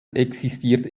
existiert